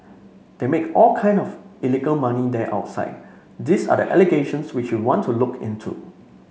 they make all kind of illegal money there outside these are the allegations which we want to look into